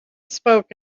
spoke